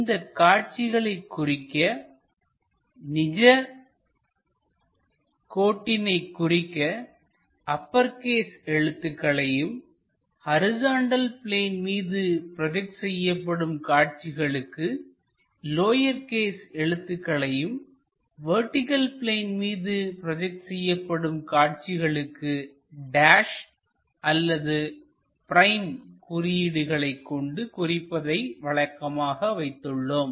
இந்தக் காட்சிகளை குறிக்க நிஜ கோட்டினை குறிக்க அப்பர் கேஸ் எழுத்துக்களையும் ஹரிசாண்டல் பிளேன் மீது ப்ரோஜெக்ட் செய்யப்படும் காட்சிகளுக்கு லோயர் கேஸ் எழுத்துக்களையும் வெர்டிகள் பிளேன் மீது ப்ரோஜெக்ட் செய்யப்படும் காட்சிகளுக்கு டேஸ் அல்லது பிரைம் குறியீடுகளைக் கொண்டு குறிப்பதை வழக்கமாக வைத்துள்ளோம்